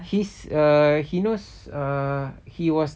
he's err he knows err he was